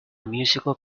musical